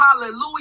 hallelujah